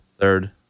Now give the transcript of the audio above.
Third